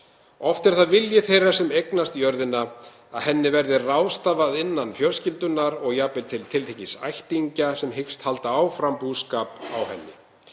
Oft er það vilji þeirra sem eignast jörðina að henni verði ráðstafað innan fjölskyldunnar og jafnvel til tiltekins ættingja sem hyggst halda áfram búskap á henni.